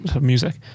Music